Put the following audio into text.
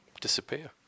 disappear